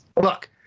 look